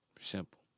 Simple